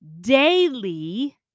daily